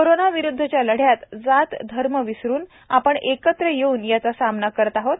corona विरुद्धच्या लढ्यात जात धर्म विसरून आपण एकत्र येऊन याचा सामना करत आहोत